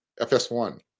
FS1